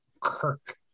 Kirk